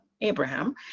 Abraham